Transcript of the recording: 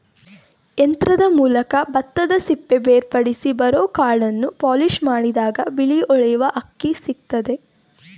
ಯಂತ್ರದ ಮೂಲಕ ಭತ್ತದಸಿಪ್ಪೆ ಬೇರ್ಪಡಿಸಿ ಬರೋಕಾಳನ್ನು ಪಾಲಿಷ್ಮಾಡಿದಾಗ ಬಿಳಿ ಹೊಳೆಯುವ ಅಕ್ಕಿ ಸಿಕ್ತದೆ